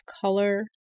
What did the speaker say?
color